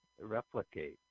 Replicate